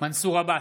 מנסור עבאס,